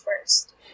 first